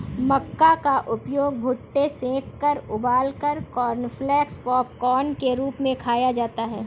मक्का का उपयोग भुट्टे सेंककर उबालकर कॉर्नफलेक्स पॉपकार्न के रूप में खाया जाता है